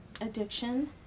addiction